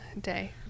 day